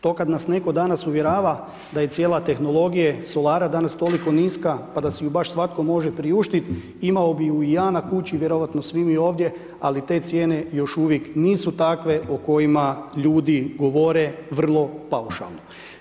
To kada nas neko danas uvjerava da je cijena tehnologije solara toliko niska pa da si ju svatko može priuštiti, imao bi ju i ja na kući, vjerojatno svi mi ovdje, ali te cijene još uvijek nisu takve o kojima ljudi govore vrlo paušalno.